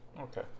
okay